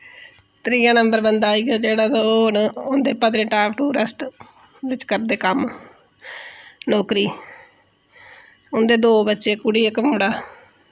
त्रीया नंबर बंदा आई गेआ जेह्ड़ा ते ओह् न उं'दे पत्नीटाप टूरिस्ट बिच करदे कम्म नौकरी उं'दे दो बच्चे कुड़ी इक मुड़ा